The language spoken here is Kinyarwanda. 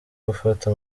gufata